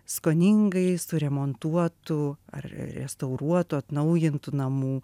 skoningai suremontuotų ar restauruotų atnaujintų namų